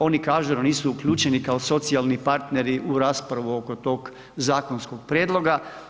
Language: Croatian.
Oni kažu da nisu uključeni kao socijalni partneri u raspravu oko tog zakonskog prijedloga.